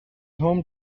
home